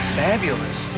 fabulous